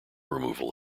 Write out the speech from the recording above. removal